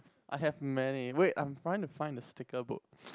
I have many wait I'm trying to find the sticker book